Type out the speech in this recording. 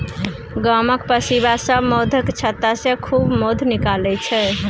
गामक पसीबा सब मौधक छत्तासँ खूब मौध निकालै छै